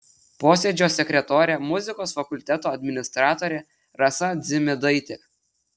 posėdžio sekretorė muzikos fakulteto administratorė rasa dzimidaitė